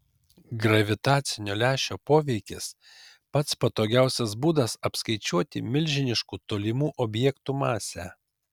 gravitacinio lęšio poveikis pats patogiausias būdas apskaičiuoti milžiniškų tolimų objektų masę